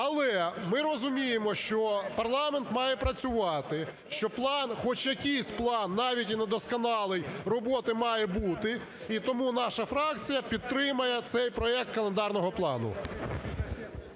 Але ми розуміємо, що парламент має працювати, що план, хоч якийсь план, навіть і недосконалий, роботи має бути. І тому наша фракція підтримає цей проект календарного плану.